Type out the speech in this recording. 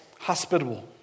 Hospitable